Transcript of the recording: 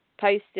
posted